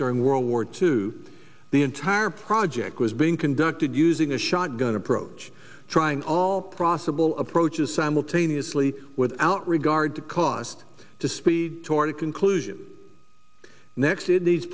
during world war two the entire project was being conducted using a shotgun approach trying all profitable approaches simultaneously without regard to cost to speed toward a conclusion next in these